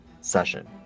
session